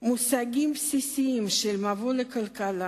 מושגים בסיסיים במבוא לכלכלה,